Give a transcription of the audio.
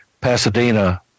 Pasadena